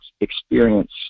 experience